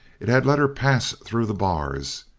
it had let her pass through the bars.